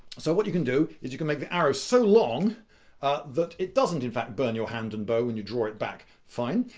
so what you can do is you can make the arrow so long that it doesn't in fact burn your hand and bow when you draw it back. fine.